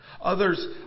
Others